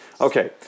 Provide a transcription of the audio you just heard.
okay